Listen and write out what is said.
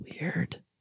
weird